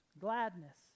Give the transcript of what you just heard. Gladness